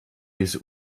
diese